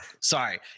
sorry